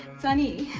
sunny.